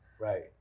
Right